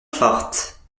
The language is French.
forte